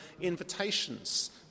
invitations